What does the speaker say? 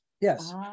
Yes